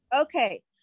Okay